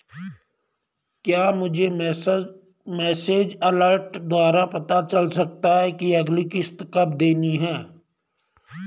क्या मुझे message alert द्वारा पता चल सकता कि अगली किश्त कब देनी है?